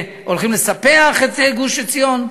שהולכים לספח את גוש-עציון?